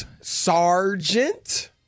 Sergeant